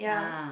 ah